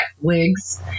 wigs